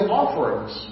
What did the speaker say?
offerings